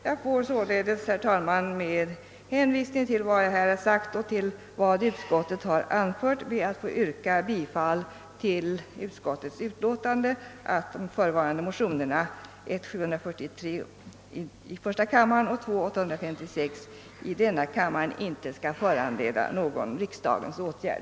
Jag ber således, herr talman, med hänvisning till vad jag här har sagt och vad utskottet anfört att få yrka bifall till utskottets utlåtande, vilket innebär att de förevarande motionerna, nr 1:743 och II:856, inte skall föranleda någon riksdagens åtgärd.